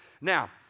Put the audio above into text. Now